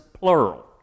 plural